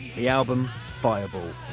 the album fireball.